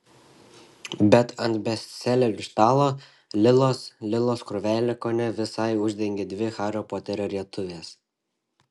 bet ant bestselerių stalo lilos lilos krūvelę kone visai uždengė dvi hario poterio rietuvės